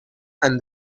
and